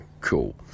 cool